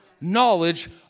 knowledge